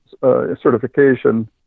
certification